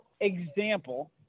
example